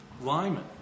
Lyman